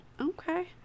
Okay